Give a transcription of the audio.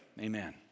amen